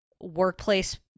workplace